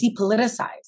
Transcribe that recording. depoliticized